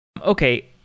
Okay